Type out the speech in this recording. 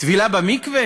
טבילה במקווה?